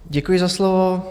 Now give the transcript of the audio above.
Děkuji za slovo.